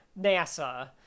NASA